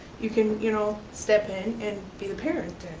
you can you know step in and be the parent.